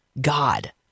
God